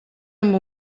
amb